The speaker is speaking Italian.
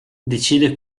decide